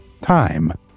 time